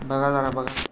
बघा जरा बघा